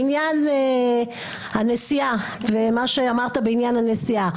לגבי מה שאמרת בעניין הנסיעה,